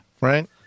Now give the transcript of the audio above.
Right